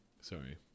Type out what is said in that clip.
sorry